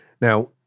Now